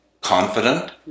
confident